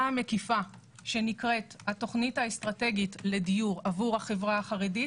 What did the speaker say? המקיפה שנקראת: "התוכנית האסטרטגית לדיור עבור החברה החרדית"